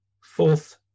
fourth